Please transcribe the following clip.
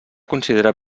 considera